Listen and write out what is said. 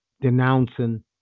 denouncing